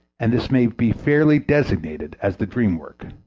and this may be fairly designated as the dream work.